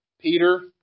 Peter